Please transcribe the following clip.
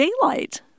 daylight